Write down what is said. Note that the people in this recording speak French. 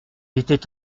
était